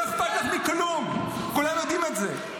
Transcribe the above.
לא אכפת לך מכלום, כולם יודעים את זה.